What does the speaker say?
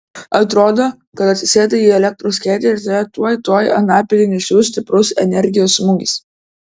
atrodo kad atsisėdai į elektros kėdę ir tave tuoj tuoj anapilin išsiųs stiprus energijos smūgis